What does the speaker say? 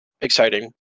exciting